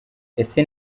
ese